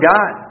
God